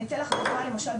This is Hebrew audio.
אני אתן לך דוגמה למשל,